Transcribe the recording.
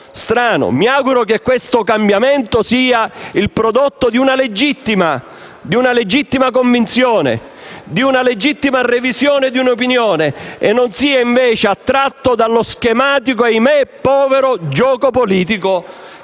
Mi auguro che questo cambiamento sia il prodotto di una legittima convinzione, di una legittima revisione di un'opinione, e non sia invece attirato da uno schematico e - ahimè - povero gioco politico,